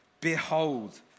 Behold